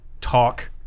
talk